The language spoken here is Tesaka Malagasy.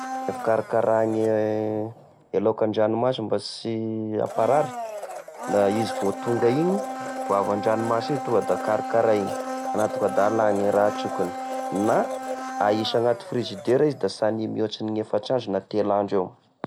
E fikarakara gne e laoky andranomasy mba sy hamparary: da izy vô tonga iny, vô avy andranomasy igny tonga da karakarainy na tonga da ala gne raha an-trokiny, na ahisy agnaty frigidera izy da sy ania mihoatry ny efatra andro na telo andro eo.